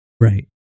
Right